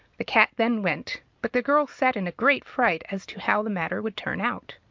the cat then went but the girl sat in a great fright, as to how the matter would turn out.